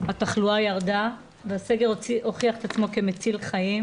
התחלואה ירדה, והסגר הוכיח את עצמו כמציל חיים.